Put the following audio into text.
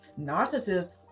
Narcissists